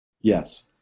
Yes